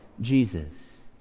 Jesus